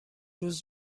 روز